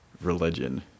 religion